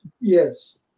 Yes